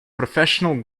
professional